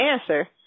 answer